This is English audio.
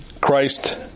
Christ